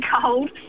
cold